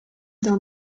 d’un